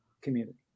community